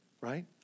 Right